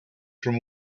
from